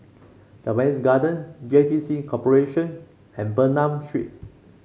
Japanese Garden J T C Corporation and Bernam Street